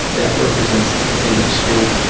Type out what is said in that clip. that represents the containment shield.